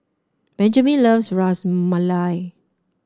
Benjamen loves Ras Malai